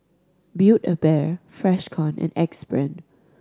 Build A Bear Freshkon and Axe Brand